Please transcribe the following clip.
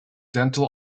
dental